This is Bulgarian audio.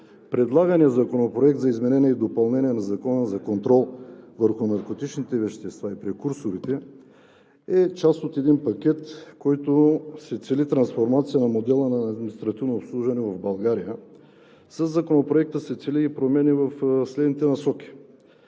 предлаганият законопроект за изменение и допълнение на Закона за контрол върху наркотичните вещества и прекурсорите е част от един пакет, с който се цели трансформация на модела на административно обслужване в България. Със Законопроекта се целят и промени в следните насоки: